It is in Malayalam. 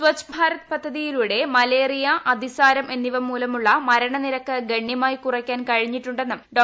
സ്ച്ഛ് ഭാരത് പദ്ധതിയിലൂടെ മലേറിയ അതിസാരം എന്നിവ മൂലമള്ള മരണനിരക്ക് ഗണ്യമായി ്കുറയ്ക്കാൻ കഴിഞ്ഞിട്ടുണ്ടെന്നും ഡോ